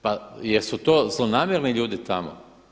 Pa jel' su to zlonamjerni ljudi tamo?